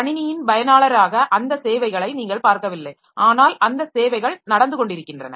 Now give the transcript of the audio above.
கணினியின் பயனாளராக அந்த சேவைகளை நீங்கள் பார்க்கவில்லை ஆனால் அந்த சேவைகள் நடந்து கொண்டிருக்கின்றன